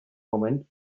woman